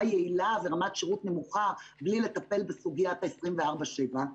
יעילה ורמת שירות נמוכה בלי לטפל בסוגיית ה-24/7.